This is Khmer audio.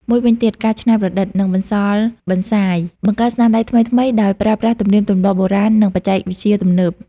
មួយវិញទៀតការច្នៃប្រឌិត និងបន្សល់បន្សាយ បង្កើតស្នាដៃថ្មីៗ ដោយប្រើប្រាស់ទំនៀមទំលាប់បុរាណ និងបច្ចេកវិទ្យាទំនើប។